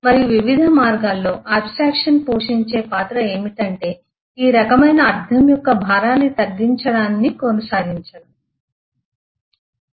మరియు వివిధ మార్గాల్లో ఆబ్స్ట్రక్షన్ పోషించే పాత్ర ఏమిటంటే ఈ రకమైన అర్థం యొక్క భారాన్ని తగ్గించడాన్ని కొనసాగించండం